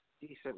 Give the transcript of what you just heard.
Decent